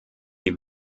die